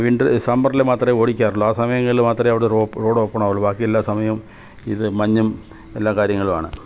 വീണ്ടും സമ്മറിൽ മാത്രമേ ഓടിക്കാറുള്ളു ആ സമയങ്ങളിൽ മാത്രമേ അവിടെ റോഡ് ഓപ്പണാവുള്ളു ബാക്കി എല്ലാ സമയവും ഇത് മഞ്ഞും എല്ലാ കാര്യങ്ങളുമാണ്